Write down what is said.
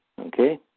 Okay